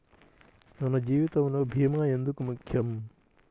మన జీవితములో భీమా ఎందుకు ముఖ్యం?